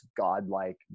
godlike